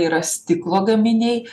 yra stiklo gaminiai